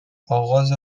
آغاز